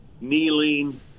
kneeling